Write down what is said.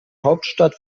hauptstadt